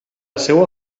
seua